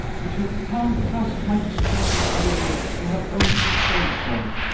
if you can't trust my discretion, adelaide, you have only to say so!